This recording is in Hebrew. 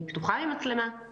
אפתח בכמה דברי